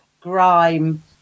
grime